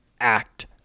act